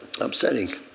upsetting